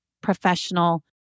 professional